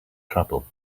trouble